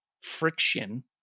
Friction